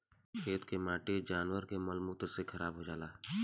खेत के माटी जानवर के मल मूत्र से खराब हो जाला